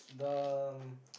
the